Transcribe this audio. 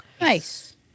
Nice